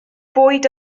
bwyd